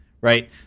right